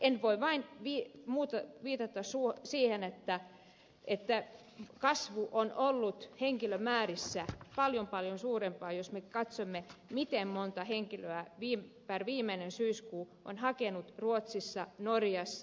en voi kuin viitata siihen että kasvu on ollut henkilömäärissä paljon paljon suurempaa jos me katsomme miten monta henkilöä per viimeinen syyskuu on hakenut ruotsissa norjassa